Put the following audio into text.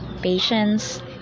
patience